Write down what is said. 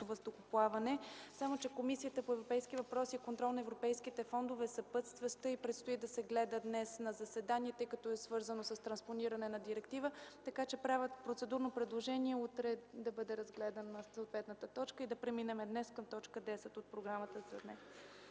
въздухоплаване, само че Комисията по европейските въпроси и контрол на европейските фондове е съпътстваща и предстои да се гледа днес на заседание, тъй като е свързано с транспониране на директива. Правя процедурно предложение – утре да бъде разгледана съответната точка, а днес да преминем към точка десета от програмата.